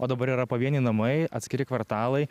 o dabar yra pavieniai namai atskiri kvartalai